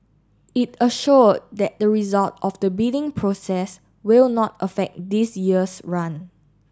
it assured that the result of the bidding process will not affect this year's run